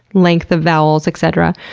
length of vowels, etc.